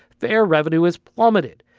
their revenue has plummeted.